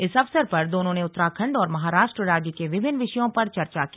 इस अवसर पर दोनों ने उत्तराखंड और महाराष्ट्र राज्य के विभिन्न विषयों पर चर्चा की